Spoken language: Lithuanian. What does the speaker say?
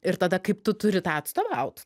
ir tada kaip tu turi tą atstovaut